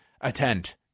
attend